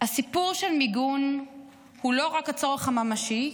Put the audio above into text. הסיפור של מיגון הוא לא רק הצורך הממשי,